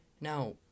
Now